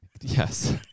Yes